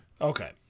Okay